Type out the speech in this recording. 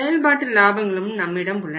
செயல்பாட்டு லாபங்களும் நம்மிடம் உள்ளன